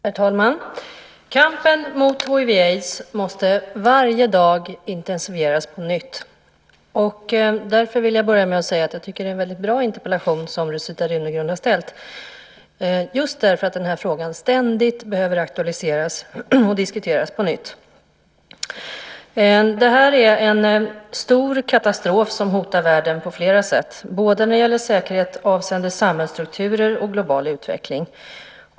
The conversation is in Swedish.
Herr talman! Kampen mot hiv/aids måste intensifieras för var dag som går. Därför vill jag börja med att säga att det är en väldigt bra interpellation som Rosita Runegrund ställt just för att den här frågan ständigt behöver aktualiseras och diskuteras. Det är en stor katastrof som hotar världen på flera sätt, både när det gäller säkerhet avseende samhällsstrukturer och global utveckling.